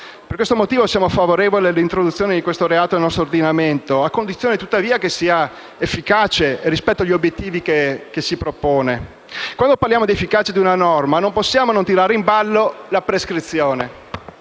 Per questo motivo siamo favorevoli all'introduzione di questo nuovo reato nel nostro ordinamento, a condizione tuttavia che sia efficace rispetto agli obiettivi che si propone. Quando parliamo di efficacia di una norma, non possiamo non tirare in ballo la prescrizione.